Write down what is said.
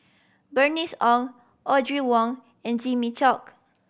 Bernice Ong Audrey Wong and Jimmy Chok